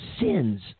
sins